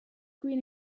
green